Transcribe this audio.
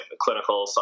clinical